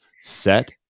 set